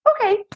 Okay